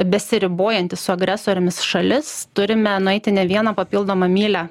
besiribojanti su agresorėmis šalis turime nueiti ne vieną papildomą mylią